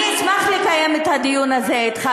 אני אשמח לקיים את הדיון הזה אתך,